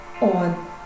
on